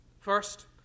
First